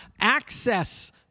access